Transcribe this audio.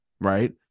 Right